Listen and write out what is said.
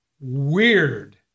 weird